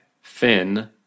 Finn